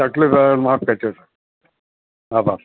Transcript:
તકલીફ માફ કરજો આભાર